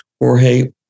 Jorge